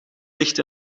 ligt